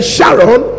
Sharon